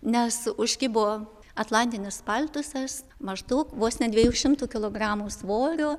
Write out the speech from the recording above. nes užkibo atlantinis paltusas maždaug vos ne dviejų šimtų kilogramų svorio